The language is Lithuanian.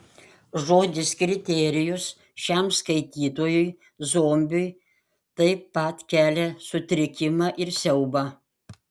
žodis kriterijus šiam skaitytojui zombiui taip pat kelia sutrikimą ir siaubą